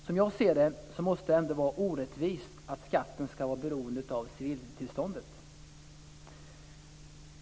Som jag ser det måste det vara orättvist att skatten ska vara beroende av civilståndet.